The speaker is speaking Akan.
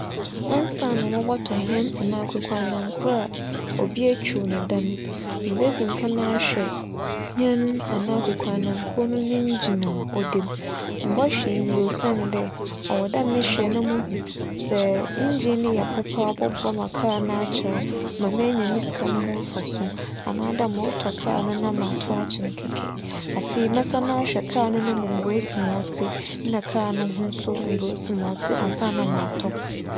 Ansaana mobͻtͻ hɛn anaa kwekuanankor a obi etwuw no da no mibedzi nkan ahwɛ hɛn no anaa kwekuananko no ne engine a ͻda mu. Mobͻhwɛ iyi osiandɛ ͻwͻ dɛ mehwɛ na muhu sɛ engine no yɛ papa a ͻbͻboa ma kaar no akyɛr ma menya me sika no ho mfaso anaa dɛ morotͻ kaar no na matow akyen kɛkɛ. Afei, mɛsan ahwɛ kaar no no mu mbrɛ osi ma ͻtse nna kaar no ho so mbrɛ osi ma ͻtse ansaana matͻ.